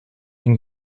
ein